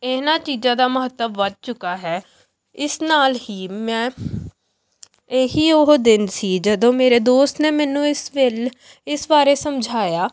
ਇਹਨਾਂ ਚੀਜ਼ਾਂ ਦਾ ਮਹੱਤਵ ਵੱਧ ਚੁੱਕਾ ਹੈ ਇਸ ਨਾਲ਼ ਹੀ ਮੈਂ ਇਹੀ ਉਹ ਦਿਨ ਸੀ ਜਦੋਂ ਮੇਰੇ ਦੋਸਤ ਨੇ ਮੈਨੂੰ ਇਸ ਵੇਲ ਇਸ ਬਾਰੇ ਸਮਝਾਇਆ